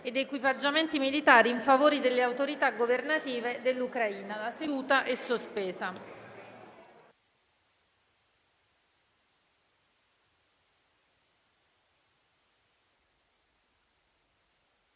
ed equipaggiamenti militari in favore delle autorità governative dell'Ucraina. *(La seduta, sospesa